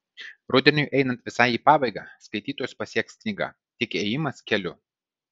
rudeniui einant visai į pabaigą skaitytojus pasieks knygą tik ėjimas keliu